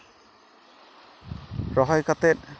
ᱨᱚᱦᱚᱭ ᱠᱟᱛᱮ